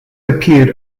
appeared